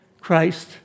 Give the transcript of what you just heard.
Christ